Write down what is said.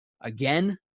again